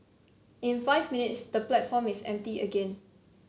in five minutes the platform is empty again